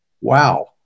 wow